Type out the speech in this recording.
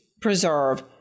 preserve